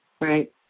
right